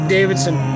Davidson